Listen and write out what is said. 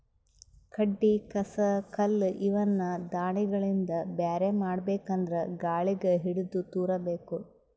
ಕಡ್ಡಿ ಕಸ ಕಲ್ಲ್ ಇವನ್ನ ದಾಣಿಗಳಿಂದ ಬ್ಯಾರೆ ಮಾಡ್ಬೇಕ್ ಅಂದ್ರ ಗಾಳಿಗ್ ಹಿಡದು ತೂರಬೇಕು